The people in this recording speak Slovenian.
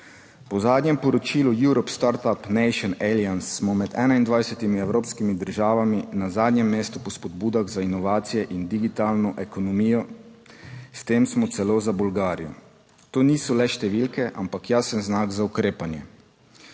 Po zadnjem poročilu Euro Startup Nations Alliance smo med 21 evropskimi državami na zadnjem mestu po spodbudah za inovacije in digitalno ekonomijo - s tem smo celo za Bolgarijo. To niso le številke, ampak jasen znak za ukrepanje.